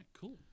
cool